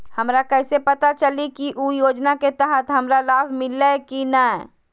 हमरा कैसे पता चली की उ योजना के तहत हमरा लाभ मिल्ले की न?